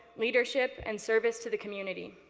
leadership, and service to the community.